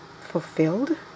fulfilled